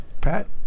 Pat